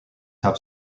have